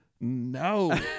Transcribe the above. No